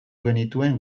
genituen